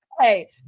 hey